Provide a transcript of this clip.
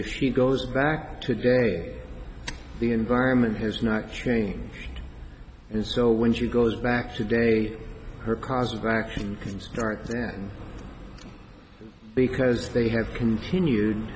if he goes back today the environment has not changed and so when she goes back today her causes the action comes right then because they have continued